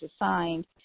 assigned